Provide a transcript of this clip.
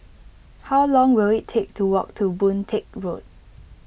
how long will it take to walk to Boon Teck Road